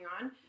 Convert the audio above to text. on